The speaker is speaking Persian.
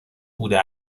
بوده